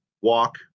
walk